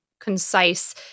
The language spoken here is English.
concise